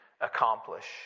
accomplish